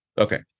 Okay